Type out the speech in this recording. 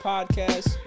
Podcast